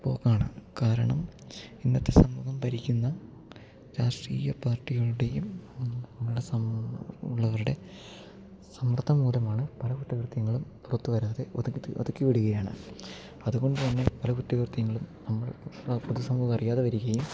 പോക്കാണ് കാരണം ഇന്നത്തെ സമൂഹം ഭരിക്കുന്ന രാഷ്ട്രീയ പാർട്ടികളുടെയും നമ്മുടെ സ ഉള്ളവരുടെ സമ്മർദ്ധം മൂലമാണ് പല കുറ്റകൃത്യങ്ങളും പുറത്ത് വരാതെ ഒതുക്കി തി ഒതുക്കി വിടുകയാണ് അതുകൊണ്ട് തന്നെ പല കുറ്റകൃത്യങ്ങളും നമ്മൾ പൊതു സമൂഹം അറിയാതെ വരികയും